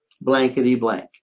blankety-blank